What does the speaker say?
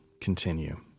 continue